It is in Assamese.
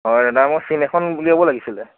হয় দাদা মই চিম এখন উলিয়াব লাগিছিল